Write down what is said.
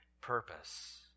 purpose